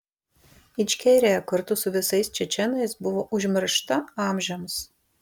ičkerija kartu su visais čečėnais buvo užmiršta amžiams